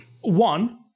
One